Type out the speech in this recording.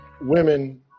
women